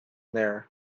there